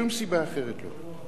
שום סיבה אחרת לא.